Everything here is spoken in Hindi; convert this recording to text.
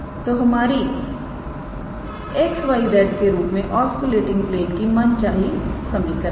तो यह हमारी X Y Z के रूप में ऑस्कुलेटिंग प्लेन की मनचाही समीकरण है